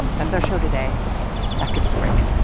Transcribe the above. that's our show today after this break